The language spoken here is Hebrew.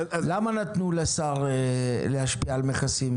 למה נתנו לשר להשפיע על מכסים?